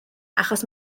achos